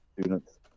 students